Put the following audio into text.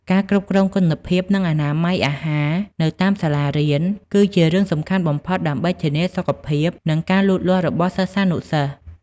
ការគ្រប់គ្រងគុណភាព និងអនាម័យអាហារនៅតាមសាលារៀន គឺជារឿងសំខាន់បំផុតដើម្បីធានាសុខភាព និងការលូតលាស់របស់សិស្សានុសិស្ស។